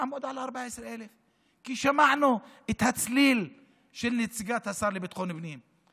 יעמוד על 14,000. כי שמענו את הצליל של נציגת השר לביטחון פנים.